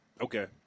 Okay